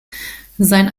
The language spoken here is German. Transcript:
sein